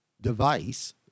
device